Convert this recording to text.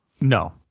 no